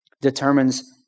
determines